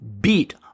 beat